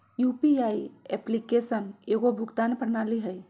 UPI application एगो भुगतान प्रणाली हइ